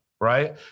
right